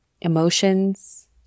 emotions